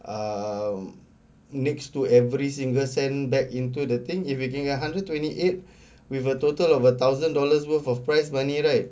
um next to every single cent back into the thing if we making a hundred and twenty eight with a total of a thousand dollars worth of prize money right